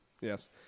Yes